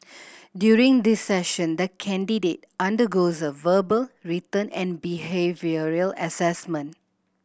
during this session the candidate undergoes a verbal written and behavioural assessment